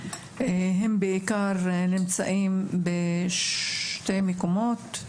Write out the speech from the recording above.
הם בעיקר נמצאים בשני מקומות.